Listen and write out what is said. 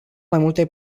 multe